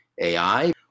AI